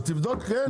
אז תבדוק, כן,